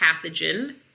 pathogen